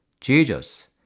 Jesus